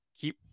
keep